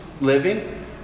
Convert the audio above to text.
living